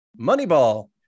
Moneyball